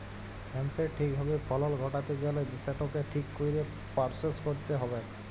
হ্যাঁম্পের ঠিক ভাবে ফলল ঘটাত্যে গ্যালে সেটকে ঠিক কইরে পরসেস কইরতে হ্যবেক